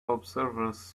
observers